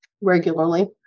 regularly